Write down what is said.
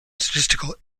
statistical